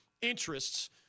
interests